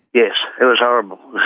yes, it was horrible,